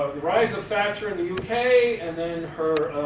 rise of thatcher in the u k. and her